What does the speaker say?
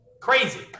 Crazy